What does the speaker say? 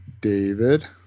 David